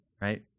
Right